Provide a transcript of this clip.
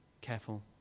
careful